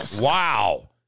Wow